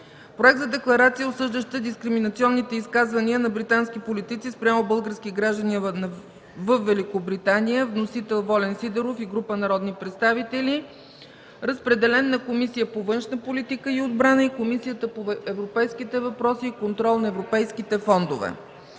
Проект за декларация, осъждаща дискриминационните изказвания на британски политици спрямо български граждани във Великобритания. Вносител – Волен Сидеров и група народни представители. Разпределен е на Комисията по външна политика и отбрана и Комисията по европейските въпроси и контрол на европейските фондове.